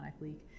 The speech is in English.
leak